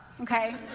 okay